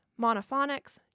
Monophonics